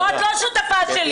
לא, את לא שותפה שלי.